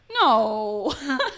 No